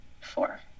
Four